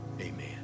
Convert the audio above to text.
amen